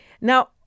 Now